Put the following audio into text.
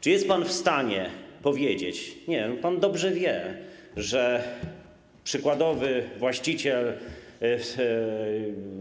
Czy jest pan w stanie powiedzieć - nie, pan dobrze wie - czy przykładowy właściciel